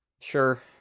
Sure